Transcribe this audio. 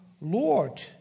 Lord